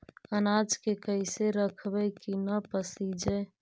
अनाज के कैसे रखबै कि न पसिजै?